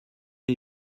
did